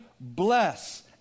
Bless